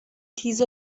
تیز